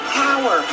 power